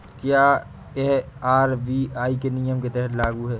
क्या यह आर.बी.आई के नियम के तहत लागू है?